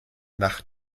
nach